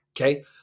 Okay